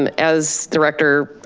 um as director